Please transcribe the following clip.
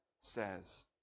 says